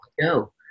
go